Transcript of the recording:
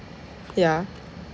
ya